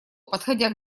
подходя